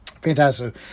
Fantastic